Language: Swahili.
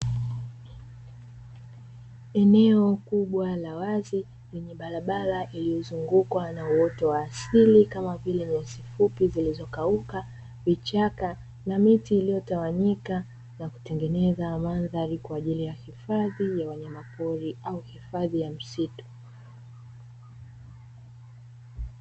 Eneo kubwa la wazi lenye barabara iliyo zungukwa na uoto wa asili kama vile nyasi fupi zilizo kauka, vichaka na miti iliyo tawanyika na kutengeneza mandhari kwajili ya hifadhi ya wanyama pori au hifadhi ya misitu.